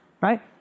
right